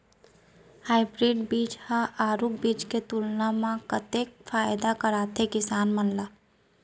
Hybrid बीज हा आरूग बीज के तुलना मा कतेक फायदा कराथे किसान मन ला?